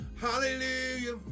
hallelujah